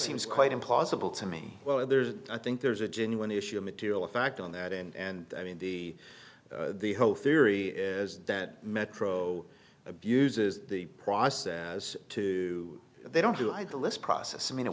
seems quite implausible to me well there's i think there's a genuine issue of material fact on that and i mean the the whole theory is that metro abuses the process as to they don't do either list process i mean it